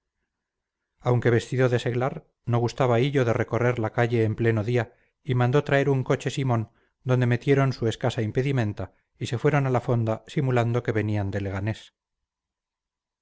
aunque vestido de seglar no gustaba hillo de recorrer la calle en pleno día y mandó traer un coche simón donde metieron su escasa impedimenta y se fueron a la fonda simulando que venían de leganés